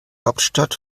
hauptstadt